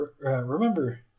remember